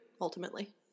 ultimately